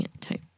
type